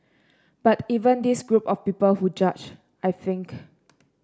but even this group of people who judge I think